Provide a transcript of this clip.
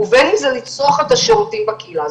ובין אם זה לצרוך את השירותים בקהילה.